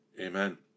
Amen